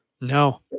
No